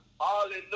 Hallelujah